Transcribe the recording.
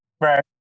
Right